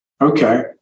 Okay